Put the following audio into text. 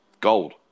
gold